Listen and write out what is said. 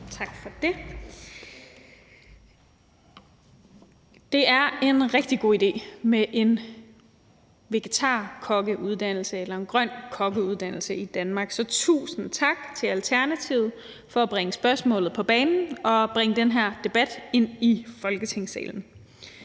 Tak for det. Det er en rigtig god idé med en vegetarkokkeuddannelse eller en grøn kokkeuddannelse i Danmark. Så tusind tak til Alternativet for at bringe spørgsmålet på banen og bringe den her debat ind i Folketingssalen.